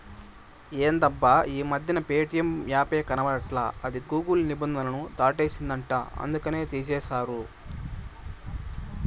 ఎందబ్బా ఈ మధ్యన ప్యేటియం యాపే కనబడట్లా అది గూగుల్ నిబంధనలు దాటేసిందంట అందుకనే తీసేశారు